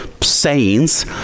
sayings